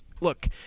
look –